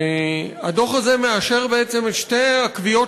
והדוח הזה מאשר בעצם את שתי הקביעות